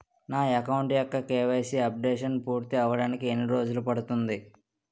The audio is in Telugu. నా అకౌంట్ యెక్క కే.వై.సీ అప్డేషన్ పూర్తి అవ్వడానికి ఎన్ని రోజులు పడుతుంది?